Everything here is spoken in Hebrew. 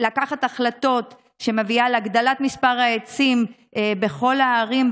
לקחת החלטות שמביאות להגדלת מספר העצים בכל הערים,